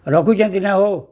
ରଖୁଛନ୍ତି ନା ହୋ